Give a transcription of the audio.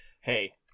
hey